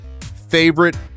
favorite